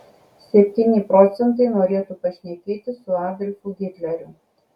septyni procentai norėtų pašnekėti su adolfu hitleriu